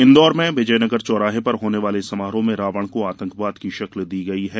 इन्दौर में विजयनगर चौराहे पर होने वाले समारोह में रावण को आतकवाद की शक्ल दी गई है